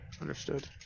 Understood